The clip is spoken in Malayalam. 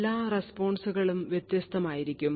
എല്ലാ റെസ്പോൺസുകളും വ്യത്യസ്തമായിരിക്കും